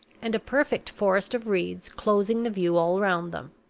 and a perfect forest of reeds closing the view all round them.